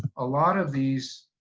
a lot of these